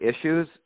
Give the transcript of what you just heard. issues